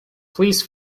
please